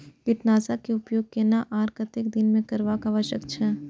कीटनाशक के उपयोग केना आर कतेक दिन में करब आवश्यक छै?